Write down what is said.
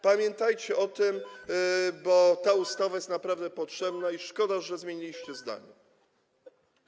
Pamiętajcie o tym, bo ta ustawa jest naprawdę potrzebna i szkoda, że zmieniliście zdanie.